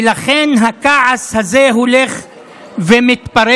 לכן הכעס הזה הולך ומתפרץ.